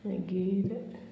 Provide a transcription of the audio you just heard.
मागीर